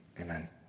amen